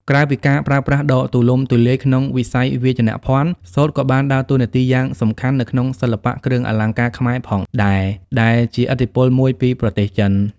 ក្រៅពីការប្រើប្រាស់ដ៏ទូលំទូលាយក្នុងវិស័យវាយនភ័ណ្ឌ សូត្រក៏បានដើរតួនាទីយ៉ាងសំខាន់នៅក្នុងសិល្បៈគ្រឿងអលង្ការខ្មែរផងដែរ ដែលជាឥទ្ធិពលមួយពីប្រទេសចិន។